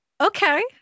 okay